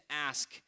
ask